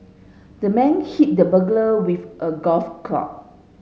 the man hit the burglar with a golf club